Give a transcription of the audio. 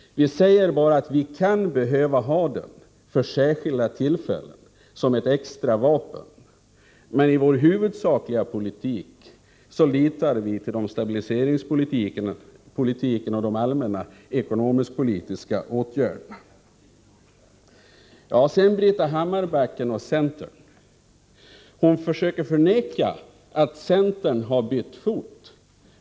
Vi säger bara att den kan behövas vid särskilda tillfällen, som ett extra vapen. Huvudsakligen förlitar vi oss dock på prisstabiliseringspolitiken och de allmänna ekonomisk-politiska åtgärderna. Beträffande Britta Hammarbackens och centerns uppfattning i den här frågan vill jag säga följande. Britta Hammarbacken försöker förneka att man har bytt fot.